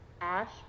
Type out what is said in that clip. Ash